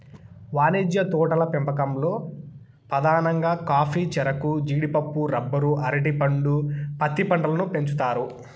వాణిజ్య తోటల పెంపకంలో పధానంగా కాఫీ, చెరకు, జీడిపప్పు, రబ్బరు, అరటి పండు, పత్తి పంటలను పెంచుతారు